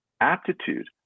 aptitude